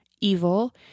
evil